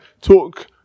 talk